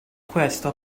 questo